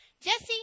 jesse